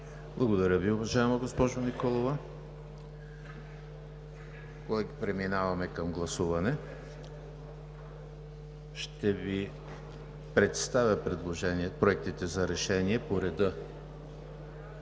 Благодаря Ви, уважаема госпожо Николова. Колеги, преминаваме към гласуване. Ще Ви представя проектите за решение по реда